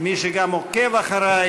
ומי שגם עוקב אחרי,